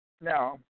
now